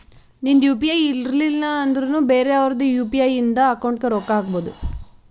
ನಿಂದ್ U P I ಇರ್ಲಿಲ್ಲ ಅಂದುರ್ನು ಬೇರೆ ಅವ್ರದ್ ಯು.ಪಿ.ಐ ಇಂದ ಅಕೌಂಟ್ಗ್ ರೊಕ್ಕಾ ಹಾಕ್ಬೋದು